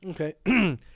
Okay